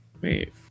Wait